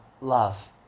love